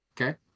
Okay